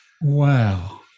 Wow